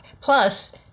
plus